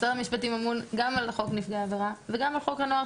משרד המשפטים אמון על חוק נפגעי העבירה וגם על חוק הנוער,